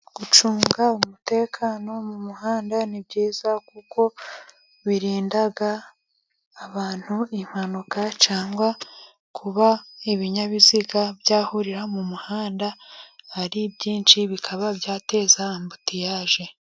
Gucunga umutekano mu muhanda ni byiza, kuko birinda abantu impanuka, cyangwa kuba ibinyabiziga byahurira mu muhanda ari byinshi bikaba byateza ambutiyaje.